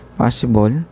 possible